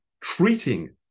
treating